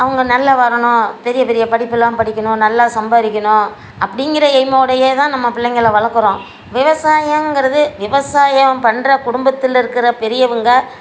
அவங்க நல்லா வரணும் பெரிய பெரிய படிப்பெலாம் படிக்கணும் நல்லா சம்பாதிக்கணும் அப்படிங்கிற எய்மோடையே தான் நம்ம பிள்ளைங்களை வளர்க்குறோம் விவசாயங்கிறது விவசாயம் பண்ணுற குடும்பத்தில் இருக்கிற பெரியவங்கள்